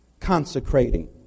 consecrating